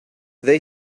they